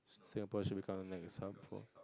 Singapore should become a